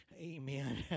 amen